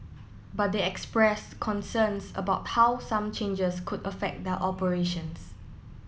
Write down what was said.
but they expressed concerns about how some changes could affect their operations